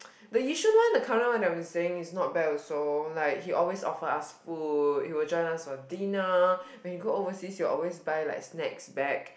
the Yishun one the current one that I'm staying is not bad also like he always offer us food he will join us for dinner when he go overseas he will always buy like snacks back